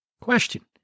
Question